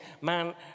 man